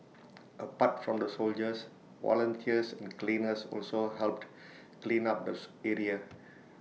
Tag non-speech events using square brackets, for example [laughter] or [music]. apart from the soldiers volunteers and cleaners also helped clean up the [hesitation] area